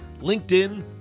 LinkedIn